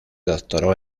doctoró